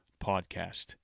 Podcast